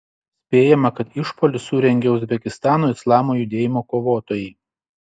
spėjama kad išpuolį surengė uzbekistano islamo judėjimo kovotojai